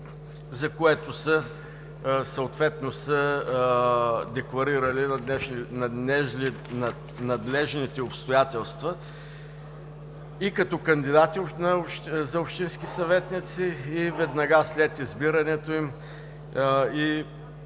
съответно са декларирали надлежните обстоятелства и като кандидати за общински съветници, и веднага след избирането им,